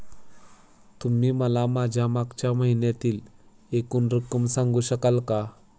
तुम्ही मला माझ्या मागच्या महिन्यातील एकूण रक्कम सांगू शकाल का?